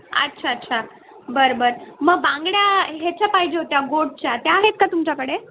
अच्छा अच्छा बरं बरं मग बांगड्या ह्याच्या पाहिजे होत्या गोटच्या त्या आहेत का तुमच्याकडे